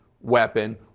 weapon